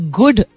good